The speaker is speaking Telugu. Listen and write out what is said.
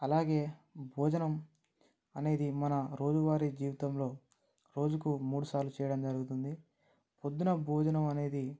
అలాగే భోజనం అనేది మన రోజువారీ జీవితంలో రోజుకు మూడుసార్లు చేయడం జరుగుతుంది పొద్దున్న భోజనం అనేది